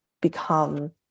become